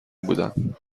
بودم